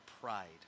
pride